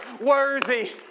worthy